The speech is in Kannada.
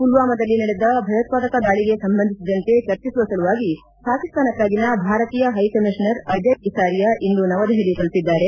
ಪುಲ್ವಾಮದಲ್ಲಿ ನಡೆದ ಭಯೋತ್ಪಾದಕ ದಾಳಿಗೆ ಸಂಬಂಧಿಸಿದಂತೆ ಚರ್ಚಿಸುವ ಸಲುವಾಗಿ ಪಾಕಿಸ್ತಾನಕ್ಕಾಗಿನ ಭಾರತೀಯ ಹೈ ಕಮೀಷನರ್ ಅಜಯ್ ಬಿಸಾರಿಯಾ ಇಂದು ನವದೆಹಲಿ ತಲುಪಿದ್ದಾರೆ